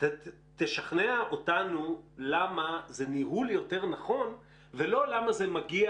תשכנע אותנו למה זה ניהול יותר נכון ולא למה זה מגיע